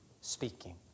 speaking